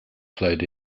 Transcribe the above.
played